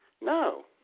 No